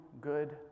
good